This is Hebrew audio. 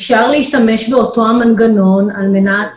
אפשר להשתמש באותו המנגנון על מנת